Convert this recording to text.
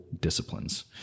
disciplines